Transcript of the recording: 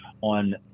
on